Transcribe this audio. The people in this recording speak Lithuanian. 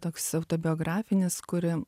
toks autobiografinis kuri